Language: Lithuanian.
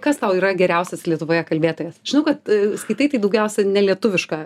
kas tau yra geriausias lietuvoje kalbėtojas žinau kad skaitai tai daugiausiai nelietuvišką